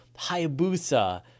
hayabusa